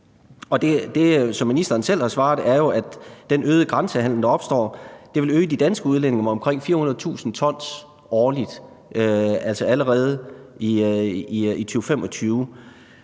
Det, som ministeren selv har svaret, er, at den øgede grænsehandel, der opstår, vil øge de danske udledninger med omkring 400.000 t årligt allerede i 2025.